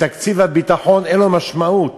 בתקציב הביטחון אין לזה משמעות.